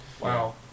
Wow